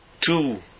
two